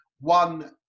One